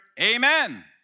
amen